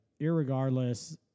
irregardless